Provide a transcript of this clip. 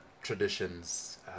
traditions